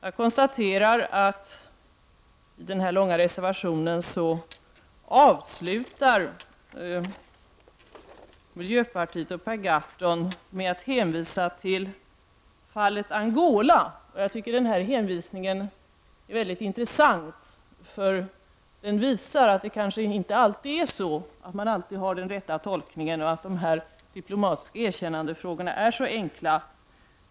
Jag konstaterar att miljöpartiet och Per Gahrton avslutar den långa reservationen med att hänvisa till fallet Angola. Denna hänvisning är mycket intressant, därför att den visar att det kanske inte är så att miljöpartiet alltid gör den rätta tolkningen och att frågorna om diplomatiskt erkännande inte är så enkla.